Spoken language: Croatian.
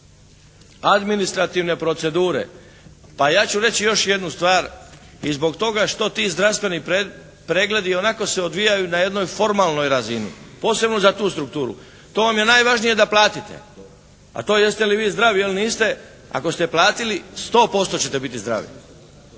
administrativne procedure. Pa ja ću reći još jednu stvar i zbog toga što ti zdravstveni pregledi ionako se odvijaju na jednoj formalnoj razini, posebno za tu strukturu. To vam je najvažnije da platite, a to jeste li vi zdrave ili niste, ako ste platili sto posto ćete biti zdravi.